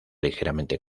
ligeramente